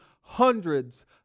hundreds